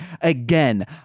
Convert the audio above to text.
Again